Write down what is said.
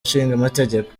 nshingamategeko